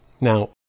Now